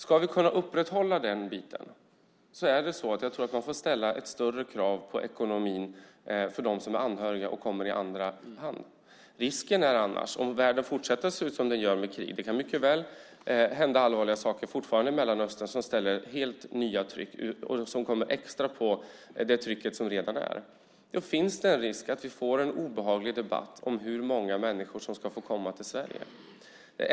Om vi ska kunna upprätthålla den delen tror jag att man måste ställa större krav på ekonomin för dem som är anhöriga och kommer i andra hand. Om världen fortsätter att se ut som den gör med bland annat krig, eftersom allvarliga saker mycket väl kan hända i Mellanöstern, skapar det ett helt nytt tryck som läggs på det tryck som redan finns. Då finns det risk för att vi får en obehaglig debatt om hur många människor som ska få komma till Sverige.